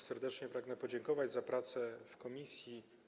Serdecznie pragnę podziękować za pracę w komisji.